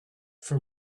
for